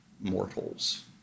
mortals